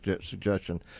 suggestion